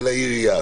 של העירייה,